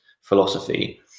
philosophy